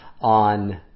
on